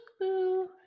boo